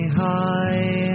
high